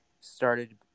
started